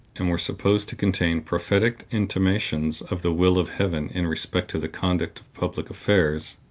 and were supposed to contain prophetic intimations of the will of heaven in respect to the conduct of public affairs,